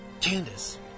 Candace